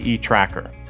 tracker